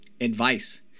Advice